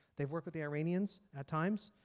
they work with the iranians at times.